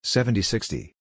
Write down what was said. Seventy-sixty